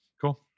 Cool